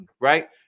Right